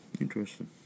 Interesting